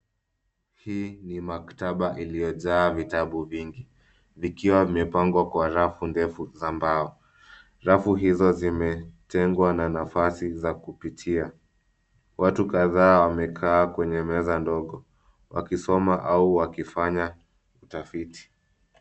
Hii ni maktaba iliyojaa vitabu vingi, vikiwa vimepangwa kwa rafu ndefu za mbao. Rafu hizo zimetengwa na nafasi za kupitia. Watu kadhaa wamekaa kwenye meza ndogo, wakisoma au wakifanya utafiti.